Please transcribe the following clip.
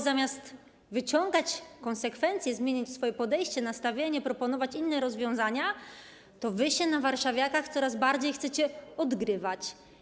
Zamiast wyciągać konsekwencje, zmieniać swoje podejście, nastawienie, proponować inne rozwiązania, wy się na warszawiakach coraz bardziej chcecie odgrywać.